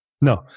No